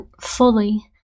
fully